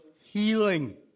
healing